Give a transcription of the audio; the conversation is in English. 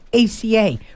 ACA